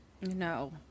no